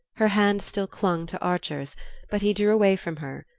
her hand still clung to archer's but he drew away from her,